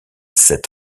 sept